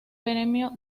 premio